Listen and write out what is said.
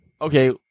Okay